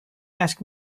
ask